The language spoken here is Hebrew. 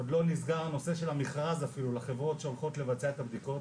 עוד לא נסגר הנושא של המכרז אפילו לחברות שהולכות לבצע את הבדיקות,